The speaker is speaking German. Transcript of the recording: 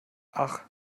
ach